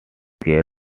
care